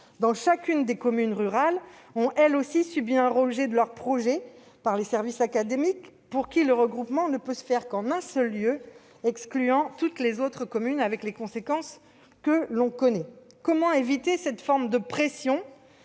dans chacune des communes rurales, ont elles aussi été confrontées au rejet de leur projet par les services académiques, pour lesquels le regroupement ne peut se concevoir que dans un seul lieu, excluant toutes les autres communes, avec les conséquences que l'on connaît. Comment éviter cette forme de pression